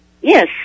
Yes